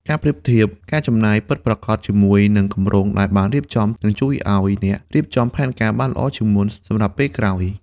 ការប្រៀបធៀបការចំណាយពិតប្រាកដជាមួយនឹងគម្រោងដែលបានរៀបចំ នឹងជួយឱ្យអ្នករៀបចំផែនការបានល្អជាងមុនសម្រាប់ពេលក្រោយ។